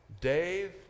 Dave